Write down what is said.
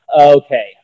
okay